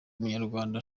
munyarwanda